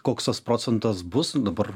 koks tas procentas bus dabar